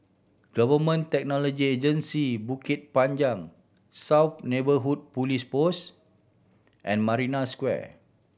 Government Technology Agency Bukit Panjang South Neighbourhood Police Post and Marina Square